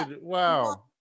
Wow